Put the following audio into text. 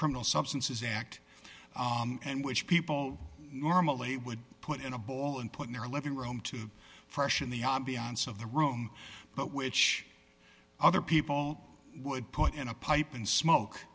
criminal substances act and which people normally would put in a ball and put in their living room to freshen the audience of the room but which other people would put in a pipe and smoke